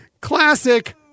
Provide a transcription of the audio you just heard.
classic